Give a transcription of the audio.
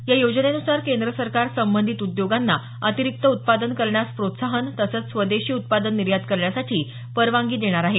या योजनेनुसार केंद्र सरकार संबंधित उद्योगांना अतिरिक्त उत्पादन करण्यास प्रोत्साहन तसंच स्वदेशी उत्पादन निर्यात करण्यासाठी परवानगी देणार आहे